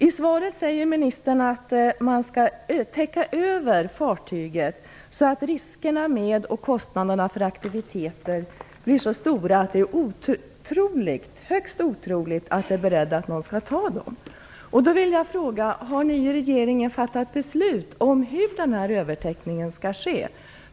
I svaret säger ministern att fartyget skall täckas över, så att riskerna med och kostnaderna för aktiviteter på vraket blir så stora att det är högst otroligt att någon är beredd att ta dem. Då vill jag fråga: Har ni i regeringen fattat beslut om hur övertäckningen skall ske?